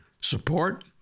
support